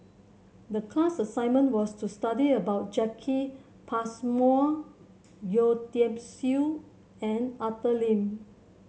the class assignment was to study about Jacki Passmore Yeo Tiam Siew and Arthur Lim